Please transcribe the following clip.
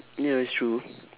ya it's true